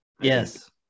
Yes